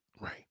Right